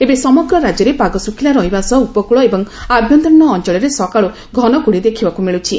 ଏବେ ସମଗ୍ର ରାକ୍ୟରେ ପାଗ ଶୁଖ୍ଲା ରହିବା ସହ ଉପକଳ ଏବଂ ଆଭ୍ୟ ଅଞ୍ଞଳରେ ସକାଳୁ ଘନ କୁହୁଡି ଦେଖ୍ବାକୁ ମିଳୁଛି